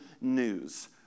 news